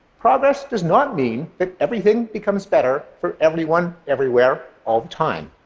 progress does not mean that everything becomes better for everyone everywhere all the time.